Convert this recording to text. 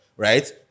Right